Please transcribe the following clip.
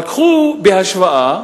אבל קחו, בהשוואה,